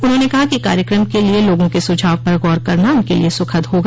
उन्होंने कहा कि कार्यक्रम के लिए लोगों के सुझाव पर गौर करना उनके लिए सुखद होगा